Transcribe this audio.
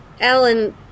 Alan